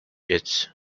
its